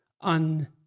un-